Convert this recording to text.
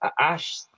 Ash